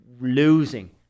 losing